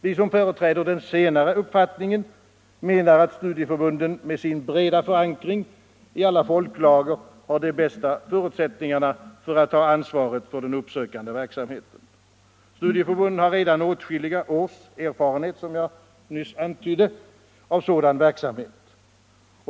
Vi som företräder den senare uppfattningen menar att studieförbunden med sin breda förankring i alla folklager har de bästa förutsättningarna att ta ansvaret för den uppsökande verksamheten. Studieförbunden har redan åtskilliga års erfarenhet, som jag nyss antydde, av sådan verksamhet.